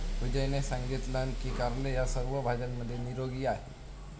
विजयने सांगितलान की कारले ह्या सर्व भाज्यांमध्ये निरोगी आहे